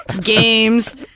games